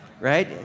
right